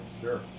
Sure